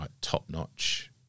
top-notch